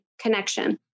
connection